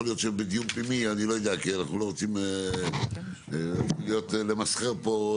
יכול להיות שבדיון פנימי אני לא יודע כי אנחנו לא רוצים למסחר פה,